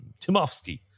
Timofsky